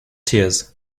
tears